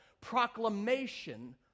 proclamation